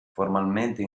formalmente